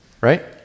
Right